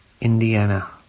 Indiana